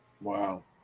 Wow